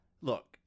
look